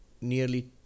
nearly